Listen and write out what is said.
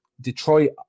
detroit